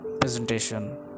presentation